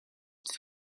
het